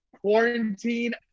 quarantine